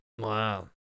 Wow